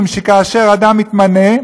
יודעים, כאשר אדם מתמנה,